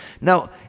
Now